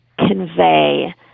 convey